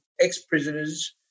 ex-prisoners